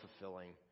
fulfilling